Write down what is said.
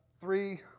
three